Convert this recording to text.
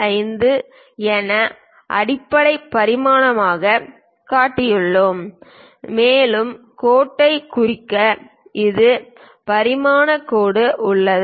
75 என அடிப்படை பரிமாணமாகக் காட்டியுள்ளோம் மேலும் கோட்டைக் குறிக்க ஒரு பரிமாணக் கோடு உள்ளது